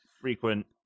frequent